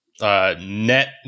Net